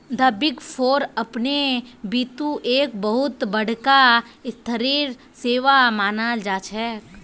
द big four अपने बितु एक बहुत बडका स्तरेर सेवा मानाल जा छेक